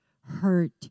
hurt